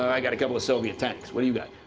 i got a couple of soviet tanks. what do you got?